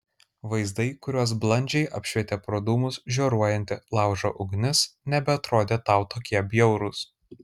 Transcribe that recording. vaizdai kuriuos blandžiai apšvietė pro dūmus žioruojanti laužo ugnis nebeatrodė tau tokie bjaurūs